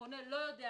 שהפונה לא יודע